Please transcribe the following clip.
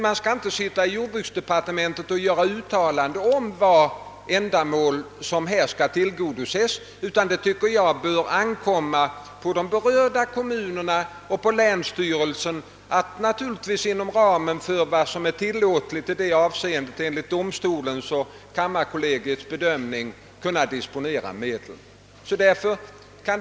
Vi skall inte sitta i jordbruksdepartementet och göra uttalanden om vilka ändamål som härvidlag skall tillgodoses, utan det bör ankomma på de berörda kommunerna och på länsstyrelserna att — naturligtvis inom ramen för vad som är tillåtligt i det avseendet enligt domstolarnas och kammarkollegiets bedömning — avgöra hur medlen skall disponeras.